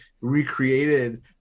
recreated